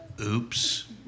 Oops